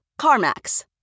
CarMax